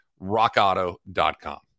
rockauto.com